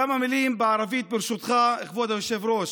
כמה מילים בערבית, ברשותך, כבוד היושב-ראש.